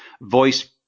voice